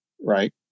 right